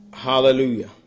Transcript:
Hallelujah